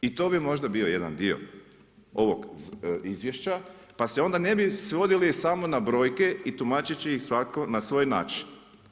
I to bi možda bio jedan dio ovog izvješća, pa se onda ne bi svodili samo na brojke i tumačeći ih svatko na svoj način.